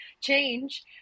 change